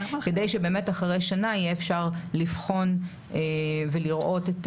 כדי שבאמת אחרי שנה אפשר יהיה לבחון ולראות את